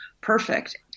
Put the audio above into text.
perfect